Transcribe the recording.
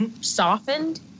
softened